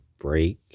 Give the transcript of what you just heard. break